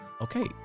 Okay